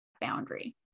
boundary